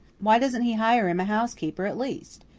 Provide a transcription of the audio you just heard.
why doesn't he hire him a housekeeper, at least?